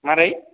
मारै